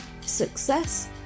success